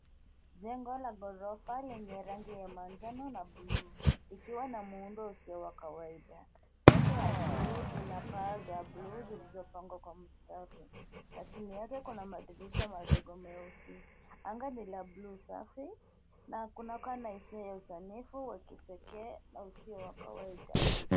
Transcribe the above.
Jengo la ghorofa lenye rangi ya manjano na buluu likiwa na muundo usiyo wa kawaida. Sehemu ya juu ina paa za buluu zilizopangwa kwa mstari na chini yake kuna madirisha madogo meusi. Anga ni la buluu safi na kunakuwa na hisia ya usanifu wa kipekee na usiyo wa kawaida.